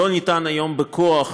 אין אפשרות היום בכוח,